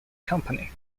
company